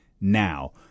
now